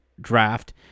draft